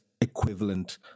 equivalent